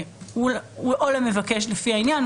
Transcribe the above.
או למבקש, לפי העניין.